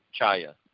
chaya